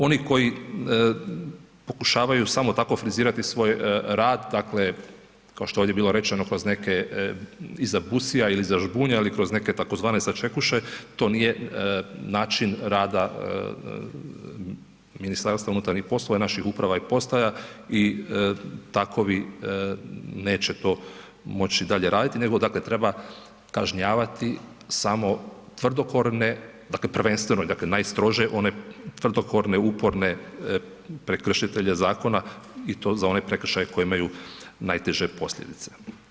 Oni koji pokušavaju samo tako frizirati svoj rad, dakle, kao što je ovdje bilo rečeno kroz neke, iza busija ili iza žbunja ili kroz neke tzv. sačekuše, to nije način rada MUP-a i naših uprava i postaja i takovi neće to moći dalje raditi, nego, dakle, treba kažnjavati samo tvrdokorne, dakle, prvenstveno i dakle, najstrože one tvrdokorne, uporne prekršitelje zakona i to za one prekršaje koje imaju najteže posljedice.